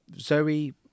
Zoe